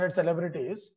celebrities